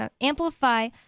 Amplify